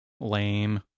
Lame